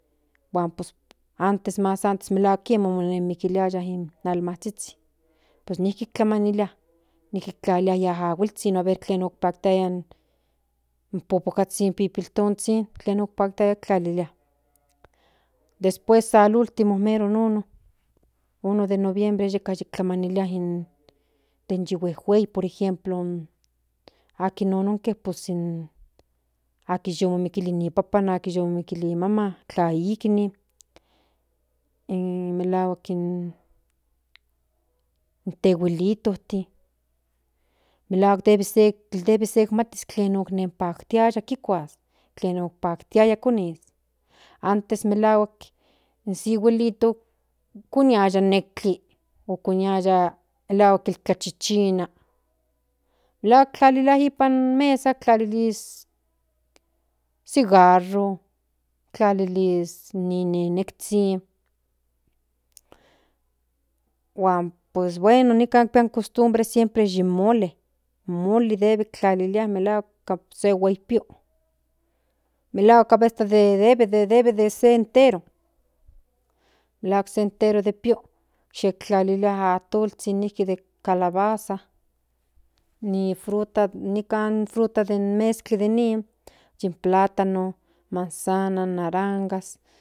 Huan bueno antes mas antes kiema omimikilaya almazhizhin pues nijki kimanilia nijki tlalia ni ajuahuilzhin aver tlen nono otpaktiaya in popokazhin pipiltonzhin tlen okpaktiaya tlalia después sal loltimo mero non 1 dee noviembre yeka yi kintlamanilia in den de juehui por ejemplo akin nonke pues in akin yu mimikili ni papan akin yu mimikili ni maman laliliki ni in melahuak in tejuelitos nijki emlahuak debe se k matis tlen onpaktiaya kikuas tlen onpaktiaya konis antes melahuak se vuelito koniaya mejtli koniaya melahuak tlachicchina melahuak tlalia nipan mesa talilis cigarro tlalilis ni ninezhin huan pues bueno nikan pi in cost bre siempre in mole in mole debe tlalilia melahuak se huei pio melahuak aveces de de debe debe se entero melahuak se entero de pio yiktlsalilia atolzhin nijki de calabaza nin fruta nikan fruta den mezkli den nin yin plátano manzanas narangas